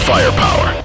Firepower